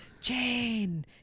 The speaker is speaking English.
jane